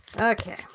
okay